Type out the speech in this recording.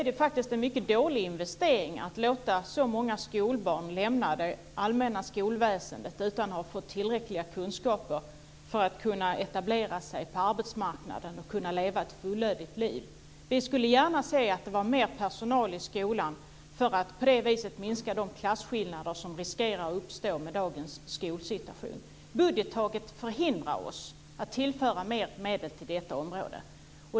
Det är en mycket dålig investering att låta så många skolbarn lämna det allmänna skolväsendet utan att ha fått tillräckliga kunskaper för att etablera sig på arbetsmarknaden och leva ett fullödigt liv. Vi skulle gärna se att det var mer personal i skolan, för att minska de klasskillnader som riskerar att uppstå med dagens skolsituation. Budgettaket förhindrar oss att tillföra mer medel till detta område.